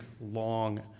long